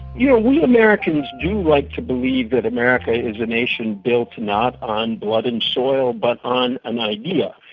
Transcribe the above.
you know we americans do like to believe that america is a nation built not on blood and soil but on an idea.